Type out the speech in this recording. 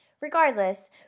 Regardless